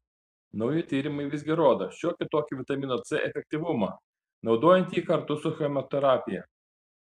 nauji tyrimai visgi rodo šiokį tokį vitamino c efektyvumą naudojant jį kartu su chemoterapija